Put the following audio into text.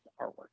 artwork